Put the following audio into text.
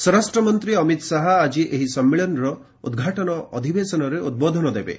ସ୍ୱରାଷ୍ଟ୍ମନ୍ତ୍ରୀ ଅମିତ ଶାହା ଆଜି ଏହି ସମ୍ମିଳନୀର ଉଦ୍ଘାଟନୀ ଅଧିବେଶନରେ ଉଦ୍ବୋଧନ ଦେବେ